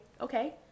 okay